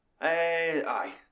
aye